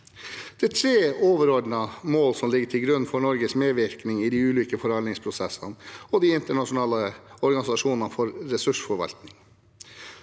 Det er tre overordnede mål som ligger til grunn for Norges medvirkning i de ulike forhandlingsprosessene og de internasjonale organisasjonene for ressursforvalting: